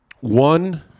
one